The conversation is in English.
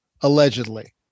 Allegedly